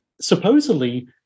Supposedly